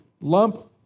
lump